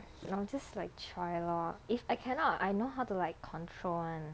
I'm just like try lor if I cannot I know how to like control [one]